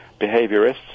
Behaviorists